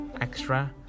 extra